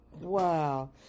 Wow